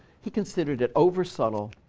he considered it over-subtle,